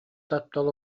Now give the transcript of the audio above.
таптал